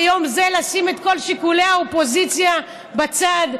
ביום זה לשים את כל שיקולי האופוזיציה בצד,